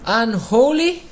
unholy